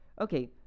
Okay